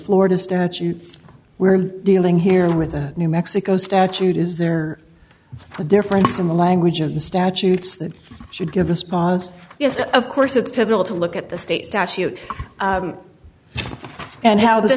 florida statute we're dealing here with a new mexico statute is there a difference in the language of the statutes that should give us pause of course it's pivotal to look at the state statute and how the